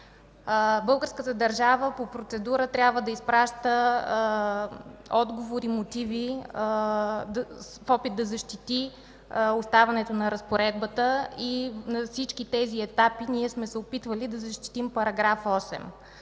Българската държава по процедура трябва да изпраща отговори мотиви в опит да защити оставането на разпоредбата и на всички тези етапи сме се опитвали да защитим § 8,